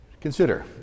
Consider